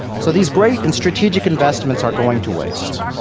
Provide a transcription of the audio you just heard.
so these great and strategic investments are going to waste.